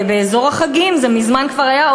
אזור החגים, זה מזמן כבר היה.